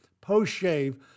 post-shave